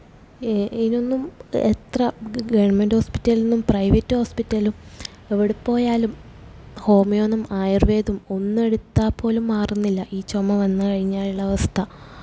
ഇതിനൊന്നും എത്ര ഗ ഗവണ്മെന്റ് ഹോസ്പിറ്റലില് നിന്നും പ്രൈവറ്റ് ഹോസ്പിറ്റലും എവിടെ പോയാലും ഹോമിയോയെന്നും ആയുര്വേദം ഒന്നെടുത്തുപ്പോലും മാറുന്നില്ല ഈ ചുമ വന്നു കഴിഞ്ഞാലുള്ള അവസ്ഥ